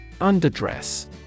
Underdress